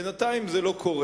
אבל בינתיים זה לא קורה.